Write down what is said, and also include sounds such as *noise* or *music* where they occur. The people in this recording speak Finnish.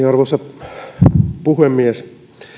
*unintelligible* arvoisa puhemies